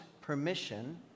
permission